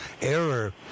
error